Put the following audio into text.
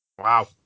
Wow